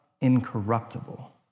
incorruptible